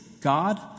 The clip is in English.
God